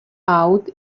out